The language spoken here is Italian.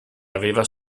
aveva